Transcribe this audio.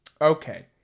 Okay